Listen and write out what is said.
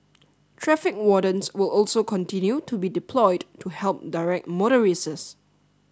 traffic wardens will also continue to be deployed to help direct